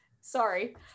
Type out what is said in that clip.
Sorry